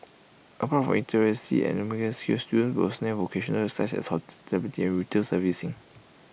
apart from literacy and numeracy skills students will also learn vocational skills such as hospitality and retail everything